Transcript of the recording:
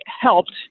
helped